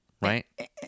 Right